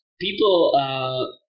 people